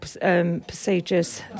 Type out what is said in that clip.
procedures